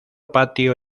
patio